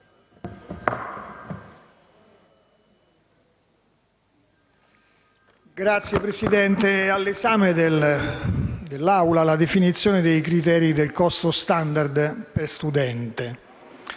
Signor Presidente, è all'esame dell'Assemblea la definizione dei criteri del costo *standard* per studente.